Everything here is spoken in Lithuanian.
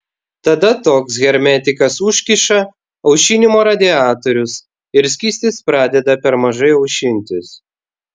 tada toks hermetikas užkiša aušinimo radiatorius ir skystis pradeda per mažai aušintis